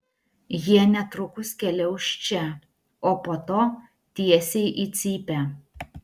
jie netrukus keliaus čia o po to tiesiai į cypę